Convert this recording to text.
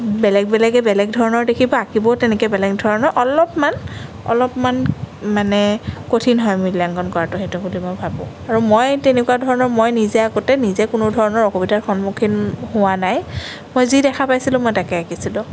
বেলেগ বেলেগে বেলেগ ধৰণৰ দেখিব আঁকিবও তেনেকৈ বেলেগ ধৰণৰ অলপমান অলপমান মানে কঠিন হয় মূল্যাঙ্কন কৰাতো সেইটো বুলি মই ভাবোঁ আৰু মই তেনেকুৱা ধৰণৰ মই নিজে আঁকোতে নিজে কোনো ধৰণৰ অসুবিধাৰ সন্মুখীন হোৱা নাই মই যি দেখা পাইছিলোঁ মই তাকে আঁকিছিলোঁ